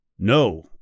No